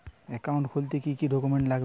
Account খুলতে কি কি ডকুমেন্ট লাগবে?